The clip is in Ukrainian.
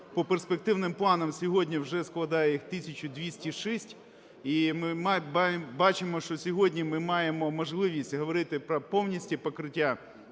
по перспективним планам сьогодні вже складає їх 1 206, і ми бачимо, що сьогодні ми маємо можливість говорити про повність покриття